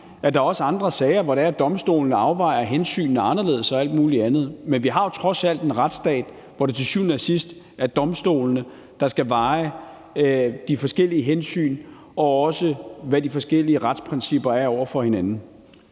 at der også er andre sager, hvor domstolene afvejer hensynene anderledes og alt muligt andet. Men vi har trods alt en retsstat, hvor det til syvende og sidst er domstolene, der skal tage de forskellige hensyn og også afveje forskellige retsprincipper over for hinanden.